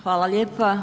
Hvala lijepa.